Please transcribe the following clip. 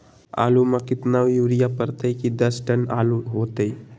आलु म केतना यूरिया परतई की दस टन आलु होतई?